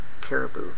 Caribou